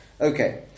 Okay